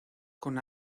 con